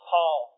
Paul